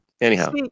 Anyhow